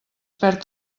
perd